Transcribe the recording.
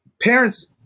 parents